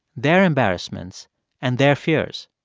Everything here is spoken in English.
their embarrassments and their fears.